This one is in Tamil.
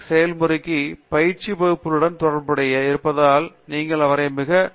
செயல்முறைக்கு பயிற்சி வகுப்புகளுடன் தொடர்புடையதாக இருப்பதால் நீங்கள் அவரை மிகக் குறுகியதாகக் கருதுவதில்லை